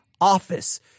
office